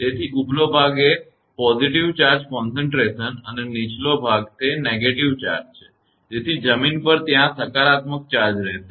તેથી ઉપલો ભાગ એ સકારાત્મક ચાર્જ સાંદ્રતા છે અને નીચે નકારાત્મક ચાર્જ છે તેથી જમીન પર ત્યાં સકારાત્મક ચાર્જ રહેશે